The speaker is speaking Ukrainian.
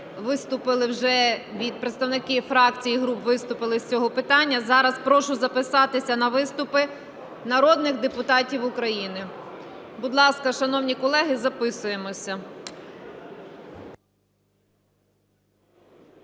виступили вже від представників фракцій і груп виступили з цього питання. Зараз прошу записатися на виступи народних депутатів України. Будь ласка, шановні колеги, записуємося.